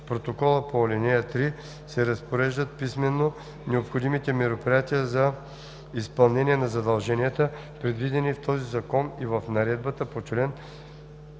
протокола по ал. 3 се разпореждат писмено необходимите мероприятия за изпълнение на задълженията, предвидени в този закон и в наредбата по чл.